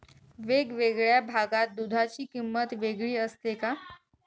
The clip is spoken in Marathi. वेगवेगळ्या भागात दूधाची किंमत वेगळी असते का?